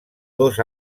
dos